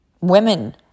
Women